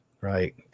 right